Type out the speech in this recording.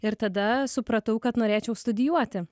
ir tada supratau kad norėčiau studijuoti